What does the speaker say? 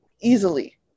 easily